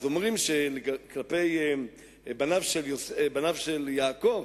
אז אומרים, כלפי בניו של יעקב,